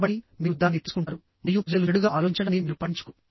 కాబట్టి మీరు దానిని తీసుకుంటారు మరియు ప్రజలు చెడుగా ఆలోచించడాన్ని మీరు పట్టించుకోరు